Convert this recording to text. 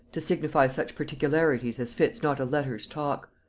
to signify such particularities as fits not a letters talk.